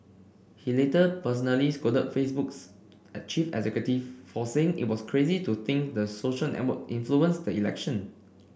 he later personally scolded Facebook's chief executive for saying it was crazy to think the social network influenced the election